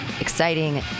Exciting